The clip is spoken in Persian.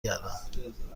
گردم